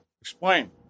Explain